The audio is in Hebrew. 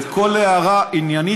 וכל הערה עניינית,